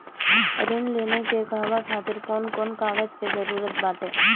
ऋण लेने के कहवा खातिर कौन कोन कागज के जररूत बाटे?